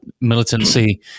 militancy